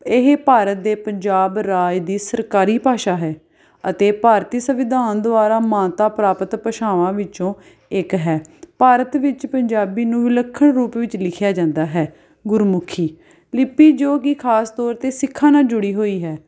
ਇਹ ਭਾਰਤ ਦੇ ਪੰਜਾਬ ਰਾਜ ਦੀ ਸਰਕਾਰੀ ਭਾਸ਼ਾ ਹੈ ਅਤੇ ਭਾਰਤੀ ਸੰਵਿਧਾਨ ਦੁਆਰਾ ਮਾਨਤਾ ਪ੍ਰਾਪਤ ਭਾਸ਼ਾਵਾਂ ਵਿੱਚੋਂ ਇੱਕ ਹੈ ਭਾਰਤ ਵਿੱਚ ਪੰਜਾਬੀ ਨੂੰ ਵਿਲੱਖਣ ਰੂਪ ਵਿੱਚ ਲਿਖਿਆ ਜਾਂਦਾ ਹੈ ਗੁਰਮੁਖੀ ਲਿਪੀ ਜੋ ਕਿ ਖਾਸ ਤੌਰ 'ਤੇ ਸਿੱਖਾਂ ਨਾਲ ਜੁੜੀ ਹੋਈ ਹੈ